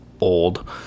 old